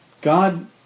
God